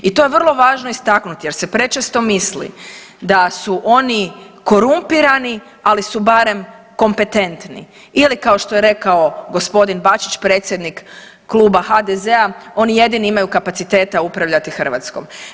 I to je vrlo važno istaknuti jer se prečesto misli da su oni korumpirani ali su barem kompetentni ili kao što je rekao gospodin Bačić predsjednik Kluba HDZ-a oni jedino imaju kapaciteta upravljati Hrvatskom.